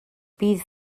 bydd